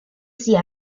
sie